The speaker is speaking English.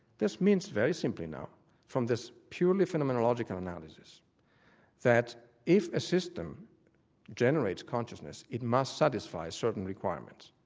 this means very simply now from this purely phenomenological analysis that if a system generates consciousness, it must satisfy certain requirements.